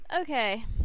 okay